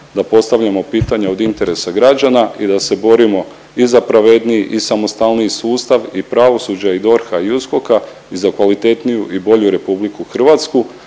da postavljamo pitanja od interesa građana i da se borimo i za pravedniji i samostalniji sustav i pravosuđa i DORH-a i USKOK-a i za kvalitetniju i bolju RH, a danas